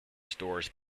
stores